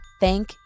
Thank